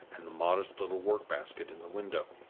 and the modest little work-basket in the window.